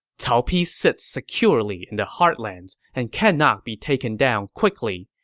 cao pi sits securely in the heartlands and cannot be taken down quickly.